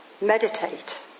meditate